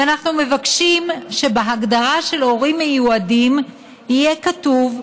ואנחנו מבקשים שבהגדרה של הורים מיועדים יהיה כתוב: